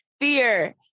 fear